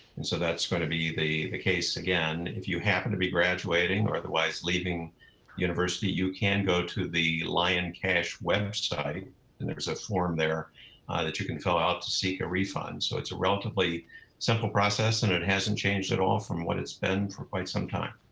and so that's gonna be the case again. if you happen to be graduating or otherwise leaving university, you can go to the lioncash website and there is a form there that you can fill out to seek a refund. so it's a relatively simple process and it hasn't changed at all from what it's been for quite some time.